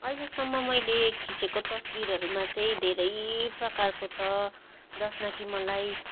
अहिलेसम्म मैले खिचेको तस्बिरहरूमा चाहिँ धेरै प्रकारको छ जसमा कि मलाई